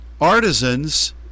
artisans